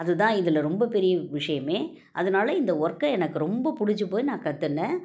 அதுதான் இதில் ரொம்ப பெரிய விஷயமே அதனால இந்த ஒர்க்கை எனக்கு ரொம்ப பிடிச்சு போய் நான் கத்துண்டேன்